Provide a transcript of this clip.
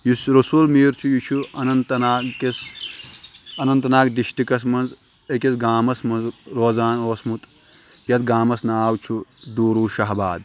یُس یہِ رسول میٖر چھُ یہِ چھُ اَننت ناگ کِس اَننت ناگ ڈِسٹِرٛکَس منٛز أکِس گامَس منٛز روزان اوسمُت یَتھ گامَس ناو چھُ ڈوٗروٗ شاہ آباد